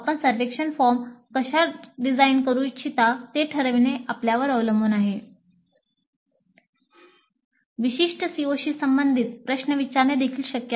विशिष्ट COशी संबंधित प्रश्न विचारणे देखील शक्य आहे